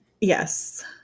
Yes